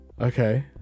Okay